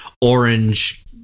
orange